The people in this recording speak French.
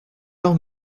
heure